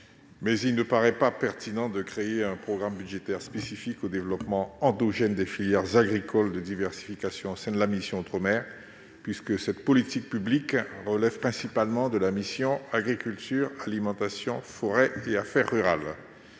il ne paraît pas pertinent de créer un programme budgétaire spécifique au développement endogène des filières agricoles de diversification au sein de la mission « Outre-mer », puisque cette politique publique relève principalement de la mission « Agriculture, alimentation, forêt et affaires rurales